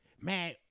Man